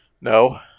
No